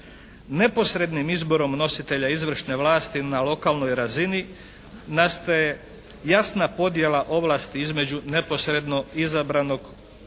Neposrednim izborom nositelja izvršne vlasti na lokalnoj razini nastaje jasna podjela ovlasti između neposredno izabranog općinskog